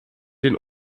den